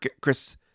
Chris